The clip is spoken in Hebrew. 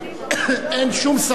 אין שום ספק.